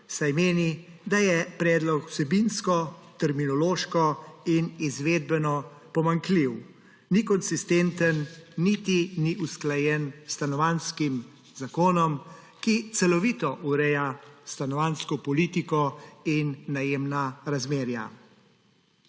saj meni, da je predlog vsebinsko, terminološko in izvedbeno pomanjkljiv, ni konsistenten niti ni usklajen s Stanovanjskim zakonom, ki celovito ureja stanovanjsko politiko in najemna razmerja.